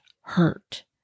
hurt